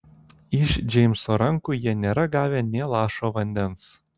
iš džeimso rankų jie nėra gavę nė lašo vandens